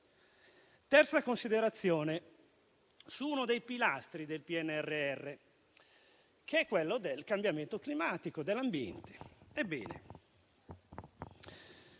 terza considerazione riguarda uno dei pilastri del PNRR, che è quello del cambiamento climatico e dell'ambiente.